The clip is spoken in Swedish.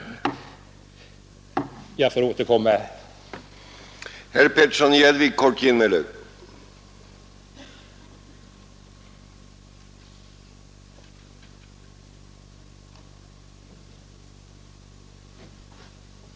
Herr talmannen signalerar att min tid är ute. Jag får återkomma med en senare replik.